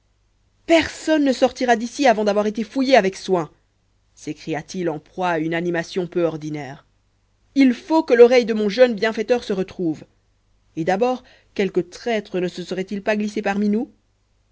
personne ne sortira d'ici avant d'avoir été fouillé avec soin s'écria-t-il en proie à une animation peu ordinaire il faut que l'oreille de mon jeune bienfaiteur se retrouve et d'abord quelque traître ne se serait-il pas glissé parmi nous